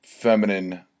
feminine